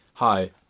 Hi